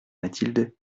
mathilde